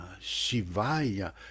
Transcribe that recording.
Shivaya